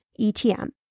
ETM